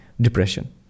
Depression